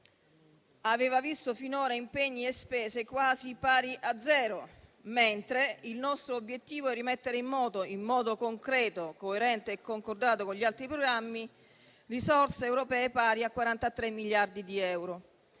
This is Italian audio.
aveva visto finora impegni e spese quasi pari a zero. Il nostro obiettivo è invece rimettere in moto, in modo concreto, coerente e concordato con gli altri programmi, risorse europee pari a 43 miliardi di euro;